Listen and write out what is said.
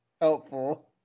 helpful